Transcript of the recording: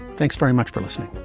thanks very much for listening.